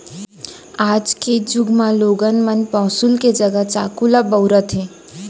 आज के जुग म लोगन मन पौंसुल के जघा चाकू ल बउरत हें